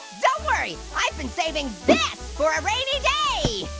don't worry. i've been saving this for a rainy day.